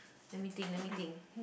let me think let me think